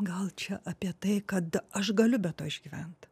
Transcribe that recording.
gal čia apie tai kad aš galiu be to išgyvent